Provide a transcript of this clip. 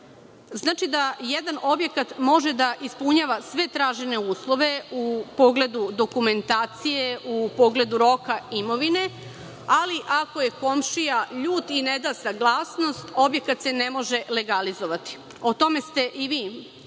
Znači da jedan objekat može da ispunjava sve tražene uslove u pogledu dokumentacije, u pogledu roka imovine, ali ako je komšija ljut i ne da saglasnost, onda se objekat ne može legalizovati. O tome ste i vi